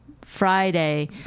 Friday